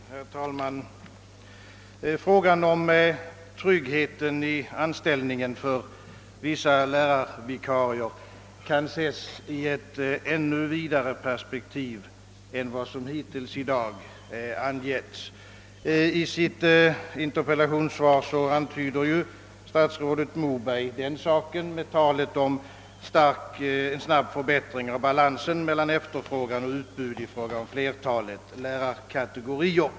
Herr talman! Frågan om tryggheten i anställningen för vissa lärarvikarier kan ses i ett ännu vidare perspektiv än vad som hittills i dag angivits. I sitt interpellationssvar antyder statsrådet Moberg den saken med talet om en »snabb förbättring av balansen mellan efterfrågan och utbud i fråga om flertalet lärarkategorier».